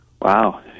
Wow